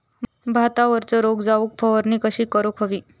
भातावरचो रोग जाऊक फवारणी कशी करूक हवी?